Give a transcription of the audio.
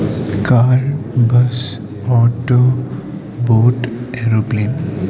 car bus auto boat aero plane